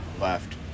left